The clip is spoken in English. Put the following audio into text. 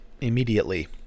immediately